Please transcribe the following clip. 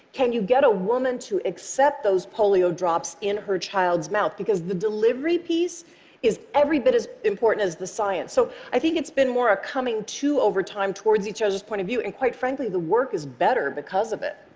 can you get a woman to accept those polio drops in her child's mouth? because the delivery piece is every bit as important as the science. so i think it's been more a coming to over time towards each other's point of view, and quite frankly, the work is better because of it.